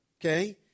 okay